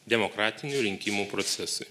demokratinių rinkimų procesui